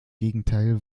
gegenteil